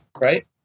Right